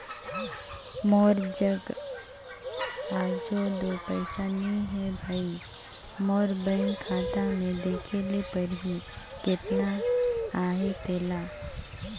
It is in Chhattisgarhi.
मोर जग अझो दो पइसा नी हे भई, मोर बेंक खाता में देखे ले परही केतना अहे तेला